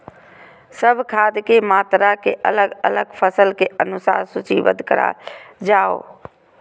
सब खाद के मात्रा के अलग अलग फसल के अनुसार सूचीबद्ध कायल जाओ?